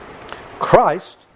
Christ